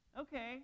Okay